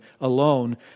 alone